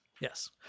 yes